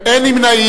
מתנגדים, אין נמנעים.